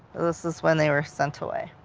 this is when they were sent away.